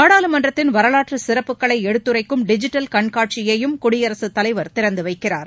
நாடாளுமன்றத்தின் வரவாற்றுச் சிறப்புகளை எடுத்துரைக்கும் டிஜிட்டல் கண்காட்சியையும் குடியரசுத் தலைவர் திறந்து வைக்கிறார்